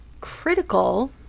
critical